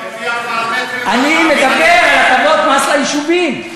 אני מדבר על הטבות מס ליישובים.